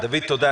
תודה.